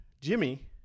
Jimmy